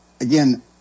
again